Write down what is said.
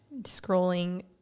Scrolling